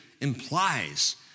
implies